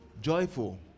joyful